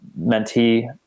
mentee